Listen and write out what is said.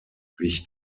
wich